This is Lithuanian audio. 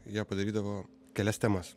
jie padarydavo kelias temas